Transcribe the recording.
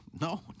no